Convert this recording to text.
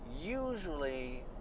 usually